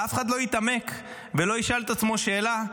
ואף אחד לא יתעמק ולא ישאל את עצמו שאלה: